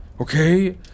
okay